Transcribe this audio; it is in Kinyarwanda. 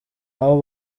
aho